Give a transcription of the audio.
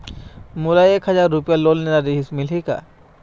मोला एक हजार रुपया लोन लेना रीहिस, मिलही का?